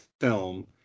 film